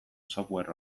software